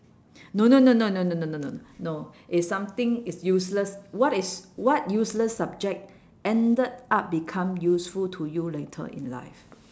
no no no no no no no no no no it's something is useless what is what useless subject ended up become useful to you later in life